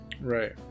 Right